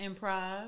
improv